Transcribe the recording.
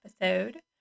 episode